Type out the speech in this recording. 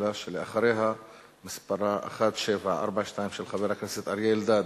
השאלה שאחריה מספרה 1742, של חבר הכנסת אריה אלדד: